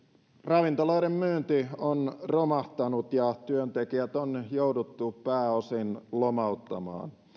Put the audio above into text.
ravintoloiden myynti on romahtanut ja työntekijät on jouduttu pääosin lomauttamaan